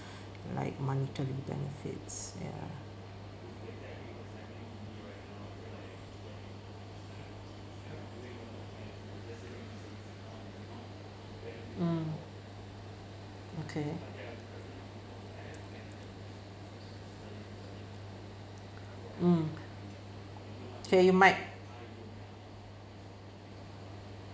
like monetary benefits ya mm okay mm K you might